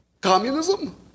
Communism